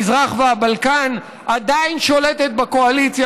מזרח והבלקן עדיין שולטת בקואליציה,